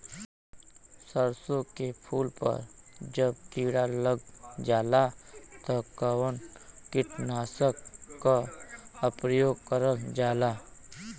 सरसो के फूल पर जब किड़ा लग जाला त कवन कीटनाशक क प्रयोग करल जाला?